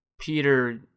Peter